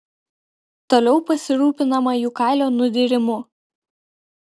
toliau pasirūpinama jų kailio nudyrimu